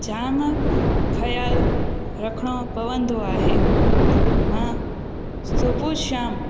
जाम ख़्यालु रखिणो पवंदो आहे मां सुबुहु शाम